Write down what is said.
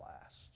last